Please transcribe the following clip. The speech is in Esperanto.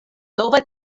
nova